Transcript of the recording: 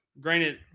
Granted